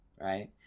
right